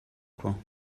coin